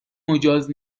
مجاز